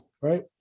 Right